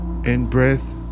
in-breath